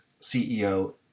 CEO